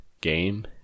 game